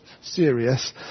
serious